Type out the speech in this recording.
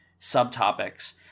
subtopics